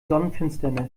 sonnenfinsternis